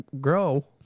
grow